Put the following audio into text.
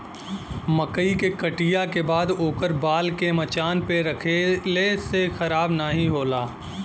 मकई के कटिया के बाद ओकर बाल के मचान पे रखले से खराब नाहीं होला